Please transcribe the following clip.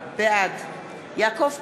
בעד יעקב פרי,